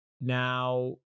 Now